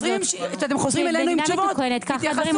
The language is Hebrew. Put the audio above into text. כי במדינה מתוקנת כך הדברים עובדים.